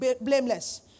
blameless